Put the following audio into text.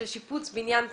שיפוץ בניין קיים.